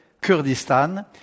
Kurdistan